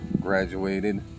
graduated